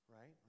Right